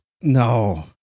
no